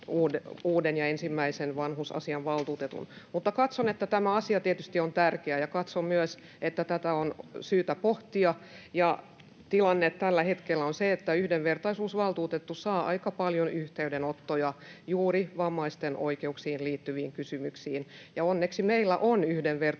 uuden ja ensimmäisen vanhusasiainvaltuutetun. Mutta katson, että tämä asia tietysti on tärkeä, ja katson myös, että tätä on syytä pohtia. Tilanne tällä hetkellä on se, että yhdenvertaisuusvaltuutettu saa aika paljon yhteydenottoja juuri vammaisten oikeuksiin liittyvistä kysymyksistä, ja onneksi meillä on yhdenvertaisuusvaltuutettu,